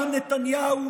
נתניהו,